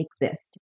exist